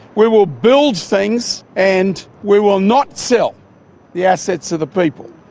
we will build things and we will not sell the assets of the people.